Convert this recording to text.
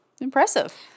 impressive